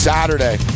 Saturday